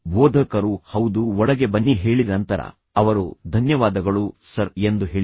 ಬೋಧಕರು ಹೌದು ಒಳಗೆ ಬನ್ನಿ ಹೇಳಿದ ನಂತರ ಅವರು ಧನ್ಯವಾದಗಳು ಸರ್ ಎಂದು ಹೇಳಿದರು